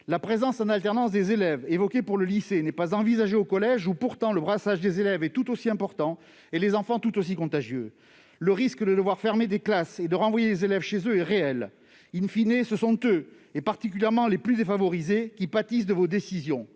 La présence en alternance des élèves, évoquée pour le lycée, n'est pas envisagée au collège, où pourtant le brassage des élèves est tout aussi important, et les enfants tout aussi contagieux. Le risque de devoir fermer des classes et de devoir renvoyer les élèves chez eux est réel., ce sont eux, et particulièrement les plus défavorisés, qui pâtissent de vos décisions.